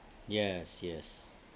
yes yes